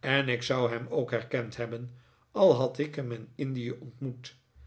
en ik zou hem ook herkend hebben al had ik hem in indie ontmoet